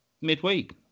midweek